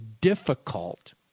difficult